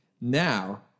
Now